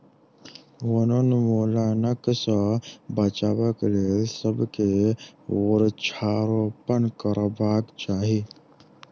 वनोन्मूलनक सॅ बचाबक लेल सभ के वृक्षारोपण करबाक चाही